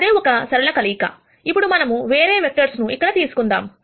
అదే ఒక ఒక సరళ కలయిక ఇప్పుడు మనము వేరే వెక్టర్స్ ను ఇక్కడ తెలుసుకుందాం